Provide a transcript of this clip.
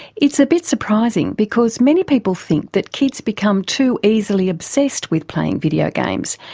it's a bit surprising because many people think that kids become too easily obsessed with playing video games,